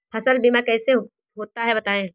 फसल बीमा कैसे होता है बताएँ?